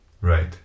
right